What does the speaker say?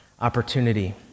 opportunity